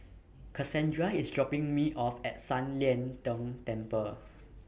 Cassandra IS dropping Me off At San Lian Deng Temple